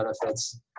benefits